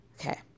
Okay